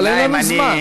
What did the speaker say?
אבל אין לנו זמן.